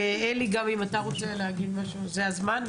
אלי, אם אתה גם רוצה להגיד משהו זה הזמן.